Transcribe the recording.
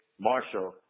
Marshall